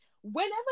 whenever